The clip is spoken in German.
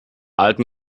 alten